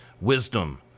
Wisdom